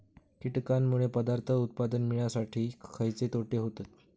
कीटकांनमुळे पदार्थ उत्पादन मिळासाठी खयचे तोटे होतत?